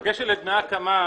בקשר לדמי ההקמה,